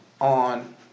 on